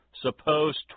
Suppose